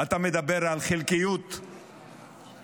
אתה מדבר על חלקיות עסקה.